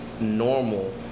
normal